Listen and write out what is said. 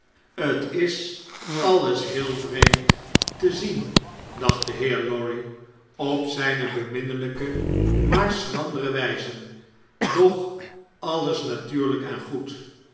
t is alles heel vreemd te zien dacht de heer lorry op zgne beminnelijke maar schrandere wgze doch alles natuurlijk en goed